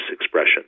expression